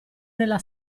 nella